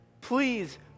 Please